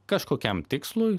kažkokiam tikslui